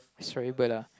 it's terrible ah